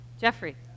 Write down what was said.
Jeffrey